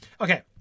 Okay